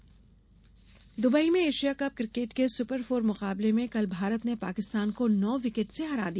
Asia cup Dubai में Asia cup cricket के super four मुकाबले में कल भारत ने पाकिस्तान को नौ विकेट से हरा दिया